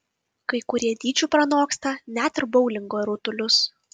kai kurie dydžiu pranoksta net ir boulingo rutulius